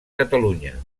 catalunya